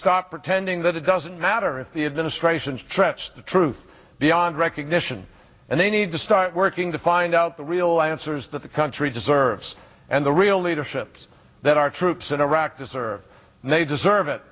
stop pretending that it doesn't matter if the administration stretched the truth beyond recognition and they need to start working to find out the real answers that the country deserves and the real leadership that our troops in iraq to serve and they deserve it